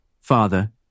Father